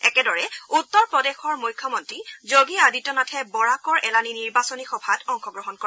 একেদৰে উত্তৰ প্ৰদেশৰ মুখ্যমন্ত্ৰী যোগী আদিত্যনাথে বৰাকৰ এলানি নিৰ্বাচনী সভাত অংশগ্ৰহণ কৰে